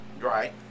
Right